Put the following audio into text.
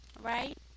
Right